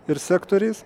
ir sektoriais